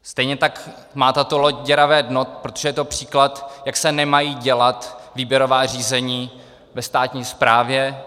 Stejně tak má tato loď děravé dno, protože je to příklad, jak se nemají dělat výběrová řízení ve státní správě.